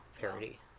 parody